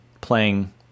playing